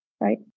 right